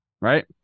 Right